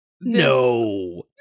No